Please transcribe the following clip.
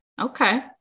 okay